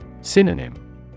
Synonym